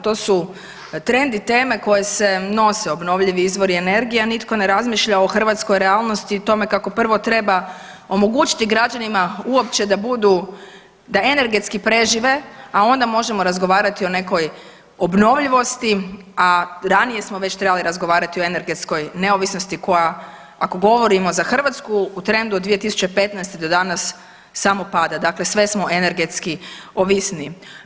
To su trendi teme koje se nose obnovljivi izvori energije, a nitko ne razmišlja o hrvatskoj realnosti i o tome kako prvo treba omogućiti građanima uopće da budu, da energetski prežive, a onda možemo razgovarati o nekoj obnovljivosti, a ranije smo već trebali razgovarati o energetskoj neovisnosti koja ako govorimo za Hrvatsku u trendu od 2015. do danas samo pada, dakle sve smo energetski ovisniji.